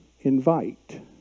invite